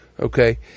Okay